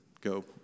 go